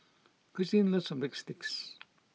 Christeen loves Breadsticks